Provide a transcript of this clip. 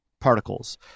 particles